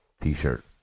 t-shirt